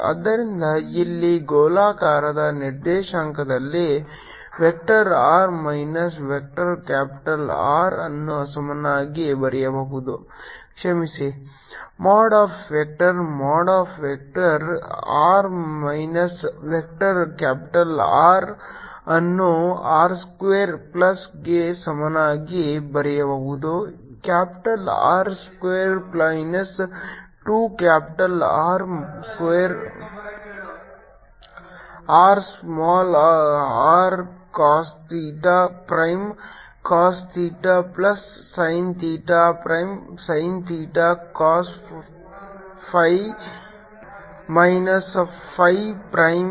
ಆದ್ದರಿಂದ ಇಲ್ಲಿ ಗೋಳಾಕಾರದ ನಿರ್ದೇಶಾಂಕದಲ್ಲಿ vector r minus vector capital R ಅನ್ನು ಸಮಾನವಾಗಿ ಬರೆಯಬಹುದು ಕ್ಷಮಿಸಿ mod of vector mod of vector r minus vector capital R ಅನ್ನು r ಸ್ಕ್ವೇರ್ ಪ್ಲಸ್ಗೆ ಸಮಾನವಾಗಿ ಬರೆಯಬಹುದು capital R square minus 2 capital R small r cos theta prime cos theta plus sin theta prime sin theta cos phi minus phi prime